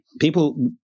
people